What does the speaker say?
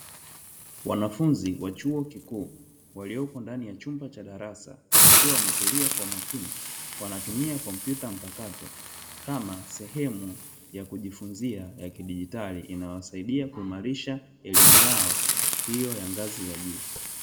Wanafunzi wachuo kikuu waliopo ndani ya chumba cha darasa wakiwa wametulia kwa makini wanatumia kompyuta mpakato kama sehemu ya kujifunzi yakidigitali inayo wasaiodia kuimalisha elimu yao hiyo ya ngazi za juu.